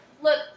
Look